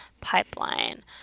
pipeline